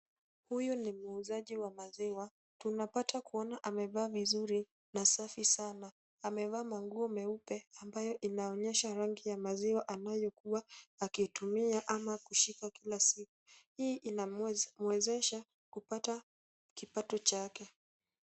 Huyu ni muuzaji wa maziwa, tunapata kuona amevaa vizuri na safi sana. Amevaa manguo meupe yanayoonyesha rangi ya maziwa ambayo huwa akitumia hushika kila siku. Hii inamwezesha kupata kipato chake.